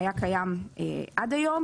שהיה קיים עד היום,